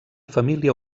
família